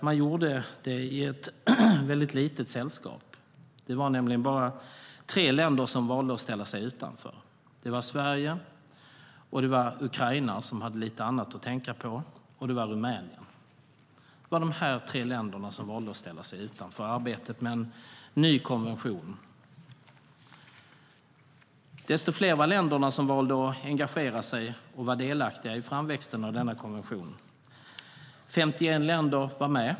Man gjorde det i ett mycket litet sällskap. Det var nämligen bara tre länder som valde att ställa sig utanför: Sverige, Ukraina, som hade lite annat att tänka på, och Rumänien. Det var de tre länderna som valde att ställa sig utanför arbetet med en ny konvention. Desto fler var länderna som valde att engagera sig och vara delaktiga i framväxten av denna konvention. 51 länder var med.